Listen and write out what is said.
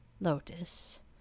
lotus